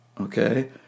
Okay